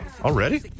already